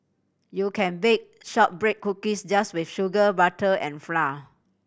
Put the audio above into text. you can bake shortbread cookies just with sugar butter and flour